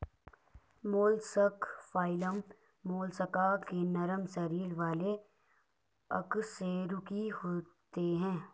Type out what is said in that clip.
mollusc phylum Mollusca के नरम शरीर वाले अकशेरुकी होते हैं